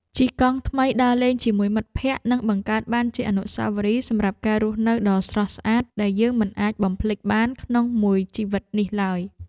ជិះកង់ថ្មីដើរលេងជាមួយមិត្តភក្តិនឹងបង្កើតបានជាអនុស្សាវរីយ៍សម្រាប់ការរស់នៅដ៏ស្រស់ស្អាតដែលយើងមិនអាចបំភ្លេចបានក្នុងមួយជីវិតនេះឡើយ។